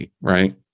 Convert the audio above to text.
right